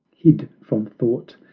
hid from thought.